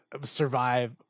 survive